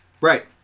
Right